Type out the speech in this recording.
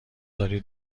دارید